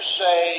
say